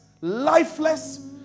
lifeless